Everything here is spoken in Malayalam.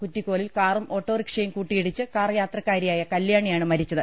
കുറ്റിക്കോലിൽ കാറും ഓട്ടോറിക്ഷയും കൂട്ടിയിടിച്ച് കാർ യാത്ര ക്കാരിയായ കല്ല്യാണിയാണ് മരിച്ചത്